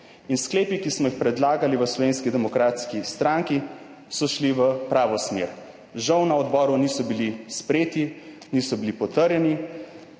Sklepi, ki smo jih predlagali v Slovenski demokratski stranki so šli v pravo smer. Žal na odboru niso bili sprejeti, niso bili potrjeni,